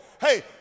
Hey